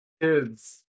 Kids